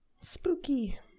Spooky